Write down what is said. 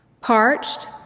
parched